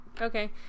Okay